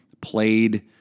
played